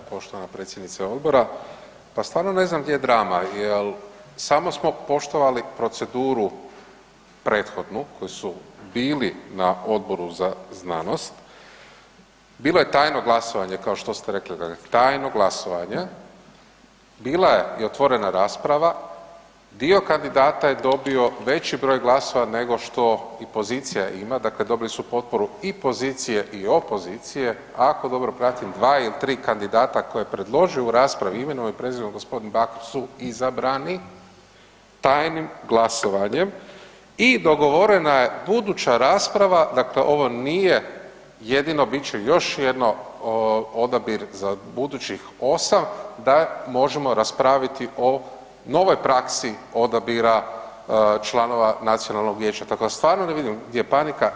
Poštovana predsjednice odbora, pa stvarno ne znam gdje je drama, jel samo smo poštovali proceduru prethodnu koji su bili na Odboru za znanost, bilo je tajno glasovanje kao što ste rekli, dakle tajno glasovanje, bila je i otvorena rasprava, dio kandidata je dobio veći broj glasova nego što i pozicija ima, dakle dobili su potporu i pozicije i opozicije, ako dobro pratim, 2 ili 3 kandidata koje predlože u raspravi imenom i prezimenom g. Bakić su izabrani tajnim glasovanjem i dogovorena je buduća rasprava, dakle ovo nije jedino, bit će još jedno odabir za budućih 8 da možemo raspraviti o novoj praksi odabira članova nacionalnog vijeća, tako da stvarno ne vidim gdje je panika.